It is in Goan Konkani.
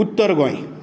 उत्तर गोंय